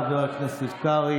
חבר הכנסת בן ברק.